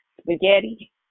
spaghetti